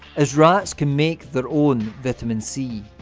as rats can make their own vitamin c.